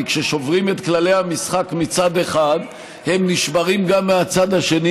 כי כששוברים את כללי המשחק מצד אחד הם נשברים גם מהצד השני,